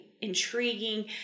intriguing